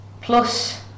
plus